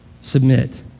submit